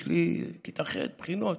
יש לי כיתה ח', בחינות.